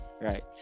Right